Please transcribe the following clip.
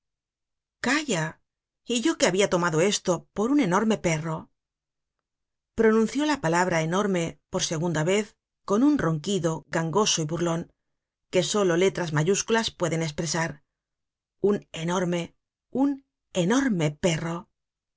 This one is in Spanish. calla y yo que habia tomado esto por un enorme perro pronunció la palabra enorme por segunda vez con un ronquido gangoso y burlon que solo letras mayúsculas pueden espresar un enorme un enorme perro